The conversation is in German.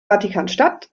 vatikanstadt